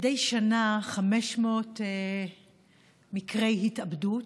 מדי שנה 500 מקרי התאבדות